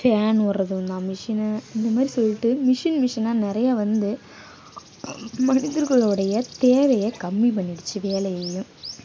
fan ஓடுகிறதும் தான் machine இந்த மாரி சொல்லிட்டு மிஷின் மிஷினாக நிறைய வந்து மனிதர்களோடைய தேவையை கம்மி பண்ணிடுத்து வேலையையும்